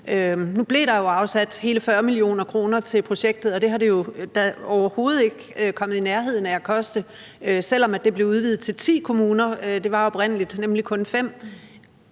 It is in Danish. Nu blev der jo afsat hele 40 mio. kr. til projektet, og det er det jo overhovedet ikke kommet i nærheden af at koste, selv om det blev udvidet til ti kommuner. Det var